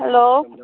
hello